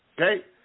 Okay